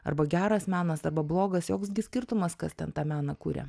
arba geras menas arba blogas joks gi skirtumas kas ten tą meną kuria